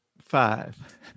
Five